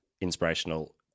inspirational